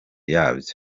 yabyo